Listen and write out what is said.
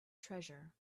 treasure